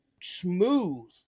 smooth